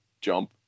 jump